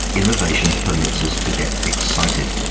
innovation permits us to get excited.